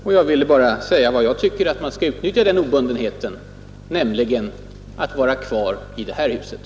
Och jag tycker att man skall utnyttja den obundenheten — nämligen till att vara kvar i det här huset.